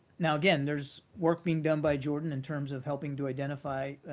now, again, there's work being done by jordan in terms of helping to identify